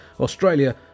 Australia